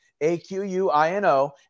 A-Q-U-I-N-O